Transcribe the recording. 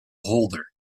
holder